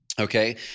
Okay